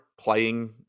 playing